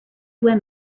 went